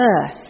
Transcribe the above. earth